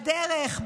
בדרך,